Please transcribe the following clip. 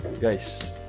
guys